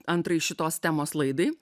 antrajai šitos temos laidai